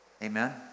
Amen